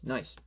Nice